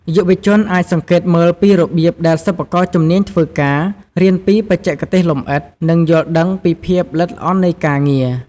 យុវជនអាចសង្កេតមើលពីរបៀបដែលសិប្បករជំនាញធ្វើការ រៀនពីបច្ចេកទេសលម្អិត និងយល់ដឹងពីភាពល្អិតល្អន់នៃការងារ។